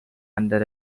under